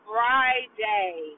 Friday